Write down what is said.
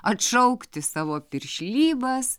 atšaukti savo piršlybas